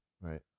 right